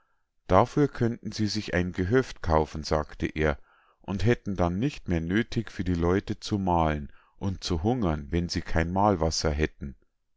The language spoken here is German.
dafür könnten sie sich ein gehöft kaufen sagte er und hätten dann nicht mehr nöthig für die leute zu mahlen und zu hungern wenn sie kein mahlwasser hätten